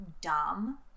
dumb